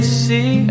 see